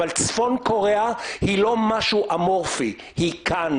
אבל צפון קוריאה היא לא משהו אמורפי, היא כאן.